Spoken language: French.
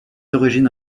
origines